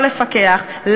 לא לפקח,